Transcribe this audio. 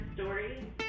story